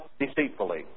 deceitfully